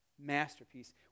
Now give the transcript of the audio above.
masterpiece